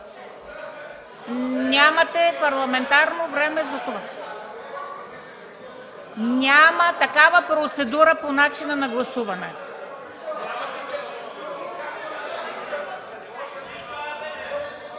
Нямате парламентарно време, а и няма такава процедура – по начина на гласуване.